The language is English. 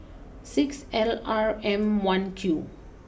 six L R M one Q